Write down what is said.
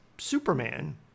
Superman